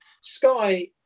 Sky